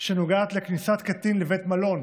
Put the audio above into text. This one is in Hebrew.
שנוגעת לכניסת קטין לבית מלון